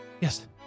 Yes